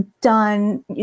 done